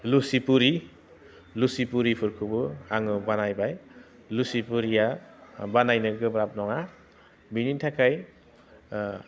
लुसि पुरि लुसि पुरिफोरखौबो आङो बानायबाय लुसि पुरिया बानायनो गोब्राब नङा बिनिनो थाखाय